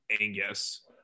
Angus